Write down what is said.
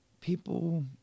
people